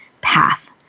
path